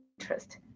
interest